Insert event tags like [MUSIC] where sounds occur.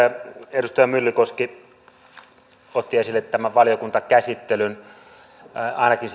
edustaja myllykoski otti esille tämän valiokuntakäsittelyn ainakin [UNINTELLIGIBLE]